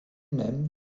même